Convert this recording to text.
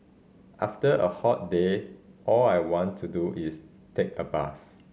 after a hot day all I want to do is take a bath